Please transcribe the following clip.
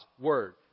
word